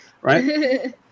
right